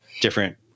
different